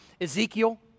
Ezekiel